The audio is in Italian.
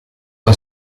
una